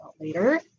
later